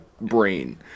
brain